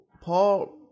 Paul